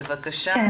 בבקשה.